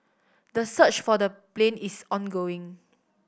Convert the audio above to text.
the search for the plane is ongoing